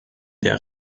der